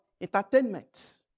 Entertainment